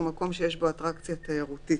ומקום שיש בו אטרקציה תיירותית,